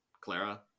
Clara